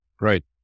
Right